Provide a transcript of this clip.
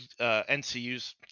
NCUs